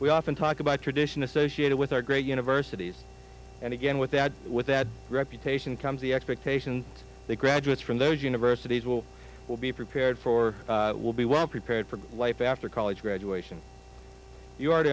we often talk about tradition associated with our great universities and again with that with that reputation comes the expectation that graduates from those universities will will be prepared for will be well prepared for life after college graduation you are